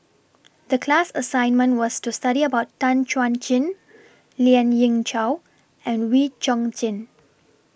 The class assignment was to study about Tan Chuan Jin Lien Ying Chow and Wee Chong Jin